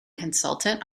consultant